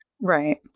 Right